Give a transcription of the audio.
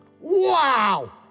Wow